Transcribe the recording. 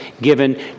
given